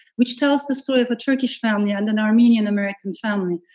which tells the story of a turkish family and an armenian american family.